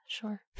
Sure